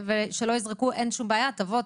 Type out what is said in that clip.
ואין שום בעיה תבוא,